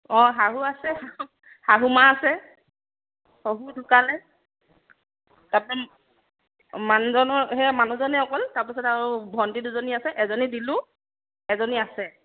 অঁ শাহু আছে শাহু মা আছে শহুৰ ঢুকালে তাৰপৰা মানুহজনৰ সেয়া মানুহজনে অকল তাৰপিছত আৰু ভণ্টি দুজনী আছে এজনী দিলোঁ এজনী আছে